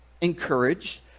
encouraged